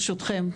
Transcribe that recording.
ברשותכם,